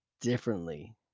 differently